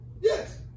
Yes